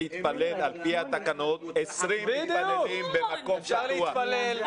על פי התקנות יכולים להתפלל 20 מתפללים במקום פתוח.